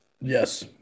Yes